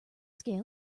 scale